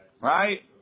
right